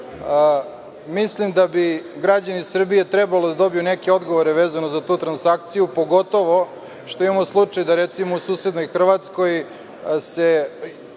Srbiju. Mislim da bi građani Srbije trebalo da dobiju neke odgovore vezano za tu transakciju pogotovo što imamo slučaj da recimo, u susednoj Hrvatskoj se